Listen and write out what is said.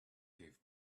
gave